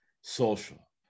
social